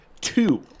Two